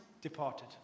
departed